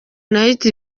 night